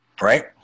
right